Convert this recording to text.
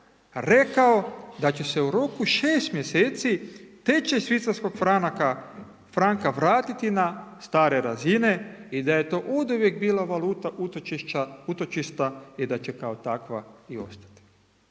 rekao da će se u roku 6 mjeseci tečaj švicarskog franka vratiti na stare razine i da je to oduvijek bila valuta utočišta i da će kao takva i ostati.